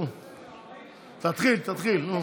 תתחיל, תתחיל.